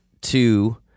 two